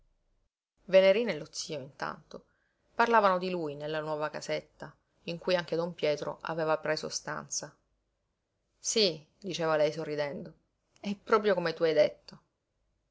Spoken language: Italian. venerina e lo zio intanto parlavano di lui nella nuova casetta in cui anche don pietro aveva preso stanza sí diceva lei sorridendo è proprio come tu hai detto